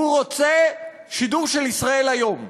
הוא רוצה שידור של "ישראל היום",